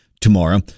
Tomorrow